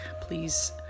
please